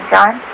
John